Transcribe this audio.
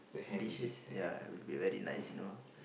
dishes ya will be very nice you know